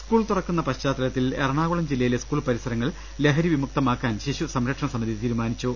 സ്കൂളുകൾ തുറക്കുന്ന പശ്ചാത്തലത്തിൽ എറണാകുളം ജില്ല യിലെ സ്കൂൾ പരിസരങ്ങൾ ലഹരി വിമുക്തമാക്കാൻ ശിശു സംര ക്ഷണ സമിതി തീരുമാനിച്ചു